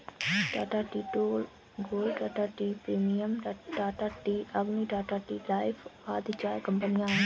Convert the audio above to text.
Tata tea gold, Tata tea premium, Tata tea Agni, Tata tea life आदि चाय कंपनियां है